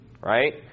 right